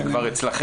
הם כבר אצלכם.